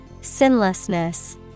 Sinlessness